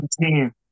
team